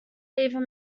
even